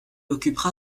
occupera